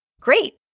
Great